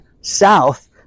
south